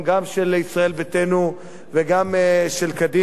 גם של ישראל ביתנו וגם של קדימה,